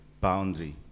Boundary